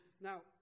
now